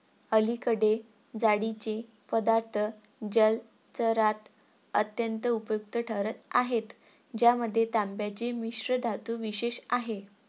अलीकडे जाळीचे पदार्थ जलचरात अत्यंत उपयुक्त ठरत आहेत ज्यामध्ये तांब्याची मिश्रधातू विशेष आहे